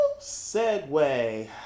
Segway